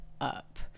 up